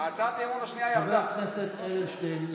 חבר הכנסת אדלשטיין,